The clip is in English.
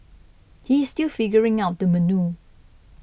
he is still figuring out the menu